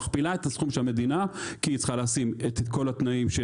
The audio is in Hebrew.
מכפילה את הסכום של המדינה כי היא צריכה לשים את כל התנאים של